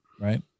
right